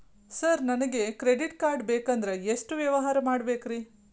Sir ನನಗೆ credit card ಬೇಕಂದ್ರೆ ಎಷ್ಟು ವ್ಯವಹಾರ ಮಾಡಬೇಕ್ರಿ?